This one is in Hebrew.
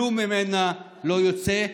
כלום ממנה לא יוצא,